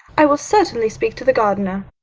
i will certainly speak to the gardener.